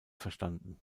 verstanden